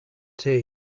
tea